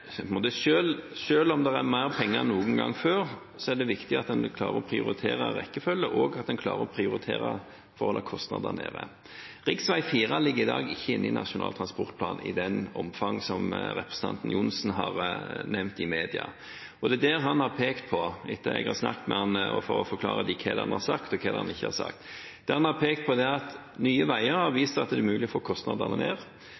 en prioriterer rekkefølgen – og at en klarer å prioritere for å holde kostnadene nede. Riksveg 4 ligger i dag ikke inne i Nasjonal transportplan i det omfang som representanten Johnsen har nevnt i media. Det er det han har pekt på etter at jeg har snakket med ham for å bli forklart hva han har sagt, og hva han ikke har sagt. Det han har pekt på, er at Nye Veier har vist at det er mulig å få kostnadene ned,